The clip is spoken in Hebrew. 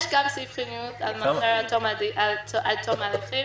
סעיף חיוניות על מעצר עד תום ההליכים